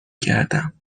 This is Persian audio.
گردم